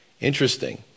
Interesting